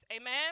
Amen